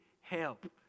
help